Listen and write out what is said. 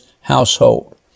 household